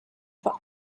for